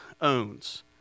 owns